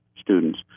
students